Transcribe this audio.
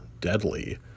deadly